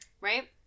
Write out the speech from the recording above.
Right